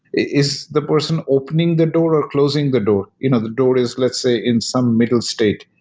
is the person opening the door or closing the door? you know the door is let's say in some middle state.